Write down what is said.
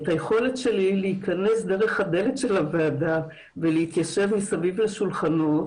את היכולת שלי להיכנס דרך הדלת של הוועדה ולהתיישב מסביב לשולחנות,